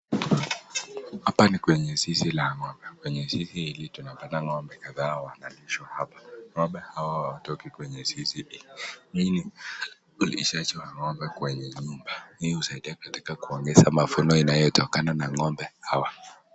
Hapa ni kwenye zizi la ng'ombe. Kwenye zizi ilicho na ng'ombe kadhaa wanalishwa hapa. Ng'ombe hawa hawatoki kwenye zizi hii. Hii ni ulishaji wa ng'ombe kwenye nyumba. Hii hunasaidia katika kuongesa mafuno inayotokana na ngo'mbe hawa.